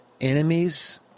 Enemies